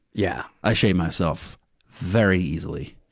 yeah. i shame myself very easily.